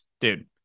dude